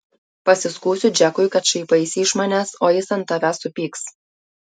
pasiskųsiu džekui kad šaipaisi iš manęs o jis ant tavęs supyks